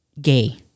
Gay